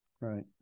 Right